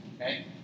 Okay